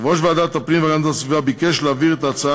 יושב-ראש ועדת הפנים והגנת הסביבה ביקש להעביר את ההצעה